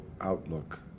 outlook